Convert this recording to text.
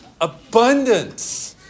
Abundance